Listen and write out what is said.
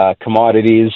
commodities